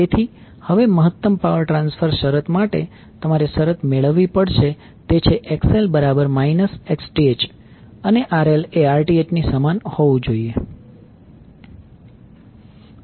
તેથી હવે મહત્તમ પાવર ટ્રાન્સફર શરત માટે તમારે શરત મેળવવી પડશે તે છે XL હોવું જોઈએ અને RL એ Rth ની સમાન હોવું જોઈએ